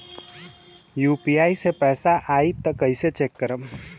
UPI से पैसा आई त कइसे चेक खरब?